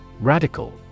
Radical